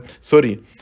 sorry